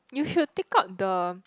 you should take out the